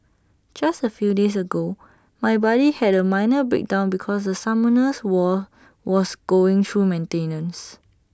just A few days ago my buddy had A minor breakdown because Summoners war was going through maintenance